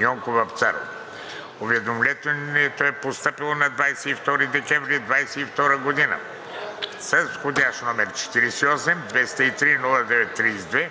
Йонков Вапцаров“. Уведомлението е постъпило на 22 декември 2022 г., с входящ № 48 203 09-32,